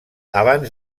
abans